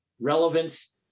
relevance